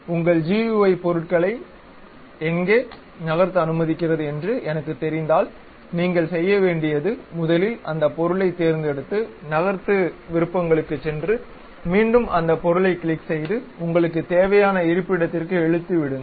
உங்கள் GUI பொருட்களை எங்கே நகர்த்த அனுமதிக்கிறது என்று எனக்குத் தெரிந்தால் நீங்கள் செய்ய வேண்டியது முதலில் அந்த பொருளைத் தேர்ந்தெடுத்து நகர்த்து விருப்பங்களுக்குச் சென்று மீண்டும் அந்த பொருளைக் கிளிக் செய்து உங்களுக்கு தேவையான இருப்பிடத்திற்கு இழுத்து விடுங்கள்